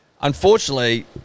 unfortunately